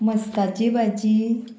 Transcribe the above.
मस्काची भाजी